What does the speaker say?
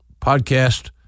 podcast